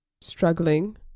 struggling